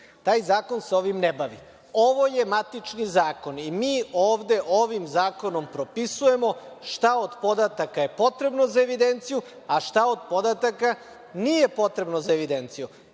zakon se ovim ne bavi. Ovo je matični zakon i mi ovde, ovim zakonom propisujemo šta od podataka je potrebno za evidenciju, a šta od podataka nije potrebno za evidenciju.